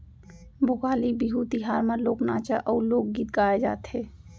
भोगाली बिहू तिहार म लोक नाचा अउ लोकगीत गाए जाथे